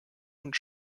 und